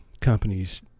companies